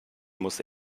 muss